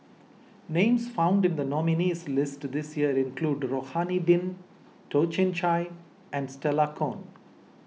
names found in the nominees' list this year include Rohani Din Toh Chin Chye and Stella Kon